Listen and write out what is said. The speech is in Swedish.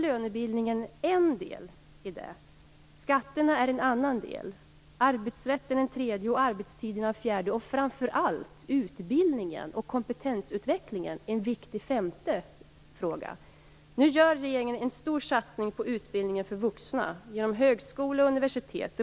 Lönebildningen är en del i det. Skatterna är en annan del. Arbetsrätten är en tredje del, och arbetstiden är en fjärde del. Framför allt är utbildningen och kompetensutvecklingen en viktig femte fråga. Nu gör regeringen en stor satsning på utbildningen för vuxna genom högskola och universitet.